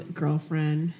girlfriend